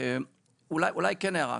אולי כן הערה,